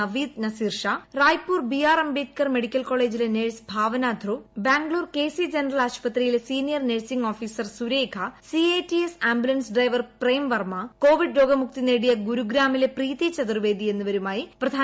Naveed Naseer Shah Raipur BR Ambedkar medical കോളേജിലെ nurse ഭാവന Dhruv Bangalore KC general ആശുപത്രിയിലെ senior nursing officer Surekha സിഎടിഎസ് ambulance driver Prem Varma Covid രോഗമുക്തി നേടിയ ഗുരുഗ്രാമിലെ പ്രീതി ചതുർവേദി എന്നിവരുമായി പ്രധാനമന്ത്രി മൻകി ബാത്തിലൂടെ സംവദിച്ചു